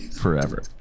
forever